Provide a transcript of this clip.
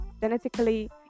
genetically